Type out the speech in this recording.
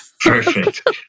Perfect